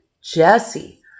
Jesse